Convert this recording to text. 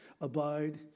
Abide